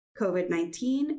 COVID-19